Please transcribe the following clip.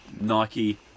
Nike